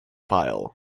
pile